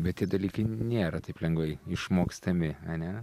bet tie dalykai nėra taip lengvai išmokstami ane